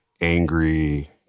angry